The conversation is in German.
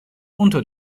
unter